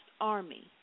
army